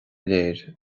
léir